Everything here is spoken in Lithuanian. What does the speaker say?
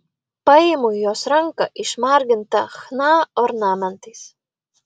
paimu jos ranką išmargintą chna ornamentais